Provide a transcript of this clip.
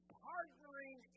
partnering